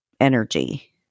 energy